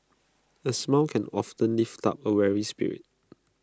A smile can often lift up A weary spirit